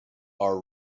are